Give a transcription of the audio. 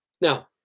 Now